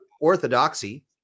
orthodoxy